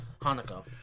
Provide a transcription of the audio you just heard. Hanukkah